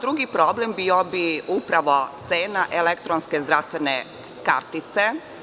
Drugi problem bila bi upravo cena elektronske zdravstvene kartice.